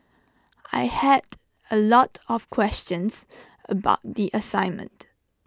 I had A lot of questions about the assignment